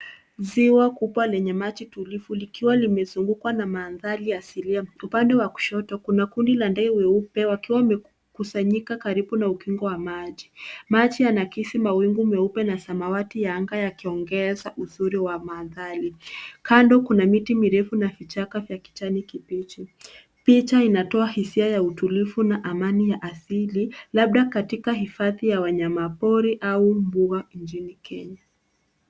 Ziwa kubwa lenye maji tulivu likiwa limezungukwa na mandhari asilia. Upande wa kushoto kuna kundi la ndege weupe wakiwa wamekusanyika karibu na ukingo wa maji. Maji yanakisi mawingu meupe na samawati ya anga yakiongeza uzuri wa mandhari. Kando kuna miti mirefu na vichaka vya kijani kibichi. Picha inatoa hisia ya utulivu na amani ya asili labda katika hifadhi ya wanyamapori au mbuga nchini Kenya.